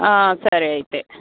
సరే అయితే